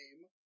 name